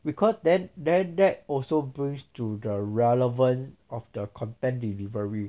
because then then then that also brings to the relevance of the content delivery